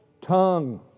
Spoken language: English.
tongue